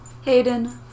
Hayden